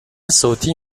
صوتی